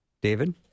David